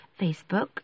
Facebook